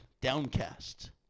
downcast